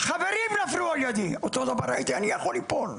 חברים נפלו על ידי ואותו הדבר הייתי אני יכול ליפול.